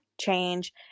change